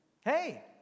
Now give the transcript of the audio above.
Hey